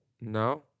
No